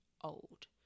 old